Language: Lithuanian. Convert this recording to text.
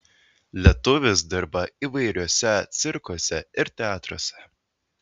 lietuvis dirba įvairiuose cirkuose ir teatruose